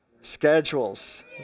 Schedules